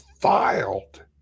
filed